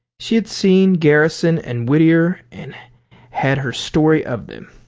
she had seen garrison and whittier, and had her story of them.